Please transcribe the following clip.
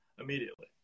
immediately